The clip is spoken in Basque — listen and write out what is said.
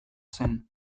zen